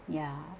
ya